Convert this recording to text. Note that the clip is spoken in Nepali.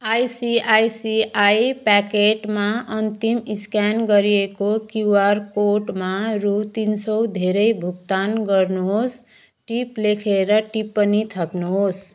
आइसिआइसिआई प्याकेटमा अन्तिम स्क्यान गरिएको क्युआर कोडमा रु तिन सय धेरै भुक्तान गर्नुहोस् टिप लेखेर टिप्पणी थप्नुहोस्